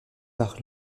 par